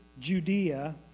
Judea